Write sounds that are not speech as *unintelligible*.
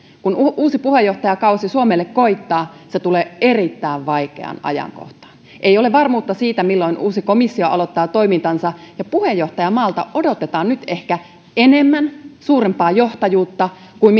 kun uusi puheenjohtajakausi suomelle koittaa se tulee erittäin vaikeaan ajankohtaan ei ole varmuutta siitä milloin uusi komissio aloittaa toimintansa ja puheenjohtajamaalta odotetaan nyt ehkä enemmän ja suurempaa johtajuutta kuin *unintelligible*